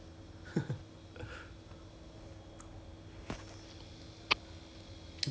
like even even 每次去 Jewel all that orh 都 like !wah! 很多人 lor don't know where they come from [one]